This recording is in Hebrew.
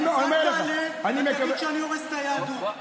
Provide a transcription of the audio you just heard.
אז אל תעלה ותגיד שאני הורס את היהדות.